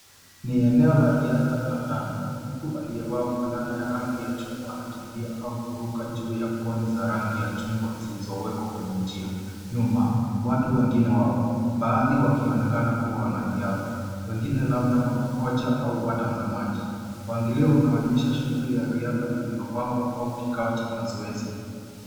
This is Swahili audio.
Ni eneo la riadha la ndani. Mtu aliyevaa fulana ya rangi ya chungwa anakimbia au kuruka juu ya koni za rangi ya chungwa zilizowekwa kwenye njia. Nyuma, watu wengine wapo. Baadhi wakionekana kuwa wanariadha. Wengine labda makocha au watazamaji. Mpangilio unaonyesha shughuli ya riadha iliyopangwa au kikao cha mazoezi.